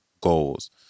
goals